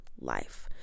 life